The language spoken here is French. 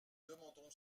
demandons